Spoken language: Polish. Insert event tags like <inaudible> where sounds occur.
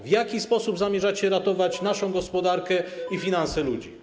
W jaki sposób zamierzacie ratować <noise> naszą gospodarkę i finanse ludzi?